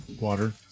water